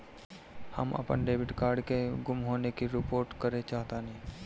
हम अपन debit card के गुम होने की रिपोर्ट करे चाहतानी